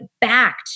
back